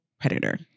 predator